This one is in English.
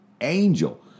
angel